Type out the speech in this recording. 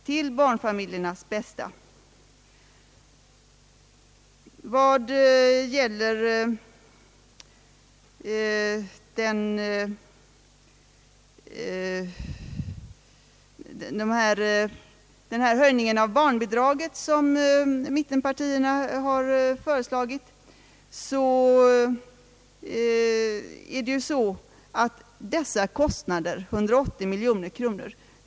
Mittenpartiernas förslag om höjning av barnbidraget skulle, vid bifall till reservationen på denna punkt, kosta 180 miljoner kronor.